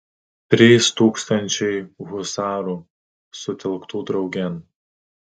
trys tūkstančiai husarų sutelktų draugėn